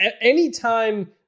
anytime